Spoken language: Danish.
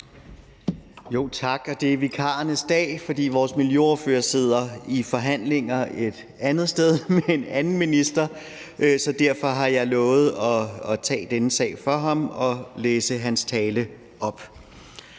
Tak, og det er vikarernes dag, for vores miljøordfører sidder i forhandlinger et andet sted med en anden minister, så derfor har jeg lovet at tage denne sag for ham og læse hans tale op.